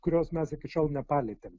kurios mes iki šiol nepalietėm